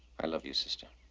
i love you, sister.